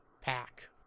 pack